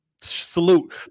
salute